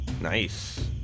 Nice